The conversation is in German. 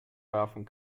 werfen